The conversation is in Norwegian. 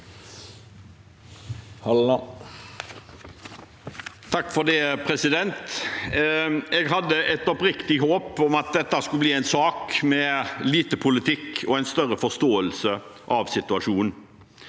(FrP) Jeg hadde et opp- riktig håp om at dette skulle bli en sak med lite politikk og en større forståelse av situasjonen.